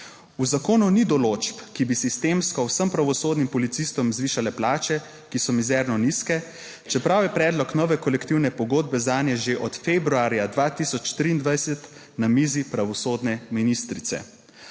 V zakonu ni določb, ki bi sistemsko vsem pravosodnim policistom zvišale plače, ki so mizerno nizke, čeprav je predlog nove kolektivne pogodbe zanje že od februarja 2023 na mizi pravosodne ministrice.